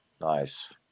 nice